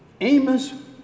Amos